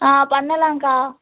ஆ பண்ணலாங்க்கா